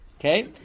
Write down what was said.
Okay